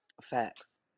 Facts